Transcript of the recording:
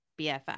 bff